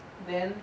then